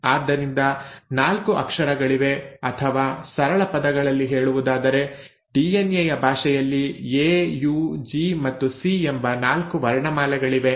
ಆದ್ದರಿಂದ 4 ಅಕ್ಷರಗಳಿವೆ ಅಥವಾ ಸರಳ ಪದಗಳಲ್ಲಿ ಹೇಳುವುದಾದರೆ ಡಿಎನ್ಎ ಯ ಭಾಷೆಯಲ್ಲಿ ಎ ಯು ಜಿ ಮತ್ತು ಸಿ ಎಂಬ 4 ವರ್ಣಮಾಲೆಗಳಿವೆ